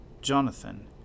Jonathan